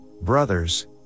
brothers